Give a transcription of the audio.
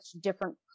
different